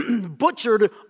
butchered